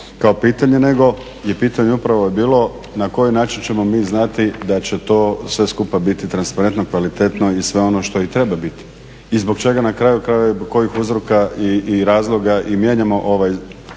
kao pitanje nego je pitanje upravo je bilo na koji način ćemo mi znati da će to sve skupa biti transparentno, kvalitetno i sve ono što i treba biti. I zbog čega na kraju krajeva i zbog kojih uzroka i razloga i mijenjamo ovaj